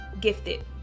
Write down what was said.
gifted